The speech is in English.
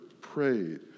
prayed